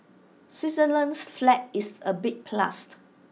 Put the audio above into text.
Switzerland's flag is A big plus